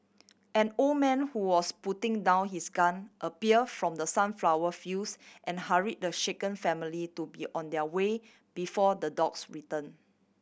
an old man who was putting down his gun appear from the sunflower fields and hurry the shaken family to be on their way before the dogs return